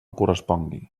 correspongui